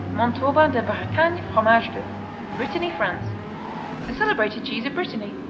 montauban de bretagne, fromage de brittany, france a celebrated cheese of brittany.